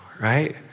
right